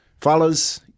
Fellas